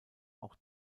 auch